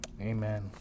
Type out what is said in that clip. Amen